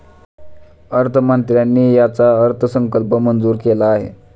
अर्थमंत्र्यांनी याचा अर्थसंकल्प मंजूर केला आहे